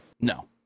no